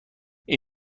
این